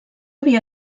havia